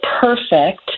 perfect